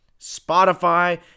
Spotify